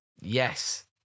yes